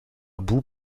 bout